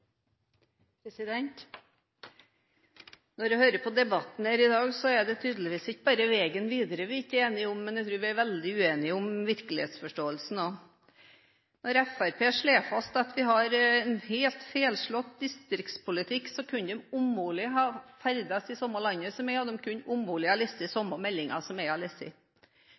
det. Når jeg hører på debatten her i dag, er det tydeligvis ikke bare veien videre vi er uenige om. Jeg tror vi også er veldig uenige om virkelighetsforståelsen. Når Fremskrittspartiet slår fast at vi har en helt feilslått distriktspolitikk, kan de umulig ha ferdes i det samme landet som meg, og de kan umulig ha lest samme meldingen som jeg har lest. De påstår at distriktene er